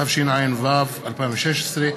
התשע"ו 2016,